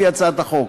לפי הצעת החוק.